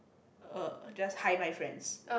uh just hi bye friends